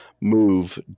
move